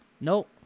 Nope